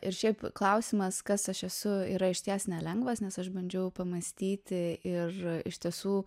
ir šiaip klausimas kas aš esu yra išties nelengvas nes aš bandžiau pamąstyti ir iš tiesų